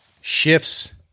Shifts